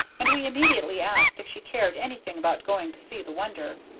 and we immediately asked if she cared anything about going to see the wonder,